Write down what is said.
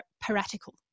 piratical